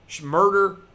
murder